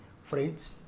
friends